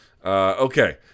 Okay